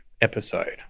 episode